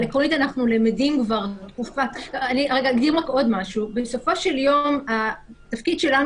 אני אקדים עוד משהו: בסופו של יום התפקיד שלנו